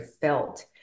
felt